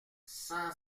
cent